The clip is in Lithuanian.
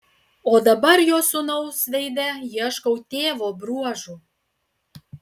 o dabar jo sūnaus veide ieškau tėvo bruožų